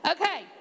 Okay